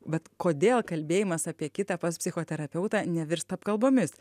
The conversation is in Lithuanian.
bet kodėl kalbėjimas apie kitą pas psichoterapeutą nevirsta apkalbomis